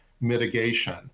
mitigation